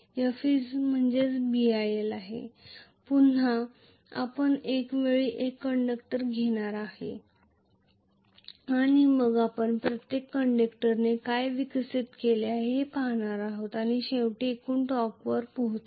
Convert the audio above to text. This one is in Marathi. F Bil पुन्हा आपण एका वेळी एक कंडक्टर घेणार आहोत आणि मग आपण प्रत्येक कंडक्टरने काय विकसित केले आहे ते पाहणार आहोत आणि शेवटी एकूण टॉर्कवर पोचू